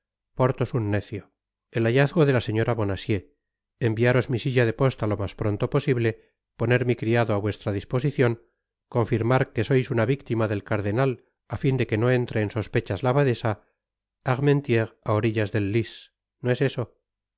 chevreuse porthos un necio el hallazgo de la señora bonacieux enviaros mi silla de posta lo mas pronto posible poner mi criado á vuestra disposicion confirmar que sois una victima del cardenal á fin de que no entre en sospechas la abadesa armentieres á orillas del lys no es esto a